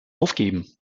aufgeben